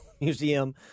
Museum